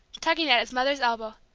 tugging at his mother's elbow,